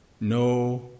No